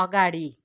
अगाडि